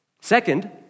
second